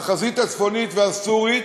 בחזית הצפונית והסורית,